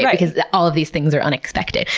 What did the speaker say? because all of these things are unexpected.